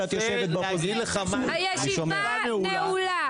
ולשוויון מגדרי): << יור >> תפסיק לקחת את זה למקום פוליטי.